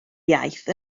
iaith